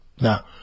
Now